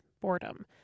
boredom